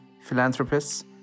philanthropists